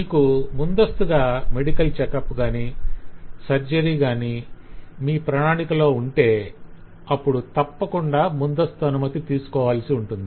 మీకు ముందస్తుగా medical checkup గాని సర్జరీ గాని మీ ప్రణాళికలో ఉంటే అప్పుడు తప్పకుండా ముందస్తు అనుమతి తీసుకోవాల్సి ఉంటుంది